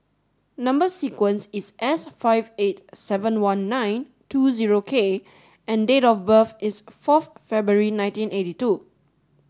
number sequence is S five eight seven one nine two zero K and date of birth is forth February nineteen eighty two